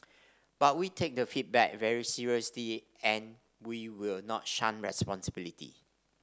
but we take the feedback very seriously and we will not shun responsibility